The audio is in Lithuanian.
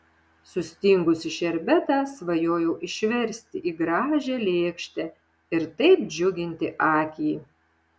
sustingusį šerbetą svajojau išversti į gražią lėkštę ir taip džiuginti akį